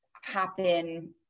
happen